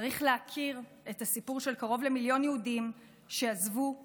צריך להכיר את הסיפור של קרוב למיליון יהודים שעזבו את